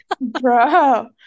bro